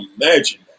imagine